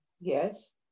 Yes